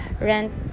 rent